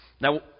Now